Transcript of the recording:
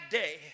day